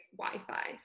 Wi-Fi